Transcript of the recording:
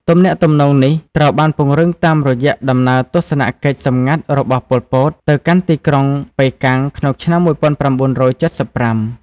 ទំនាក់ទំនងនេះត្រូវបានពង្រឹងតាមរយៈដំណើរទស្សនកិច្ចសម្ងាត់របស់ ប៉ុល ពត ទៅកាន់ទីក្រុងប៉េកាំងក្នុងឆ្នាំ១៩៧៥។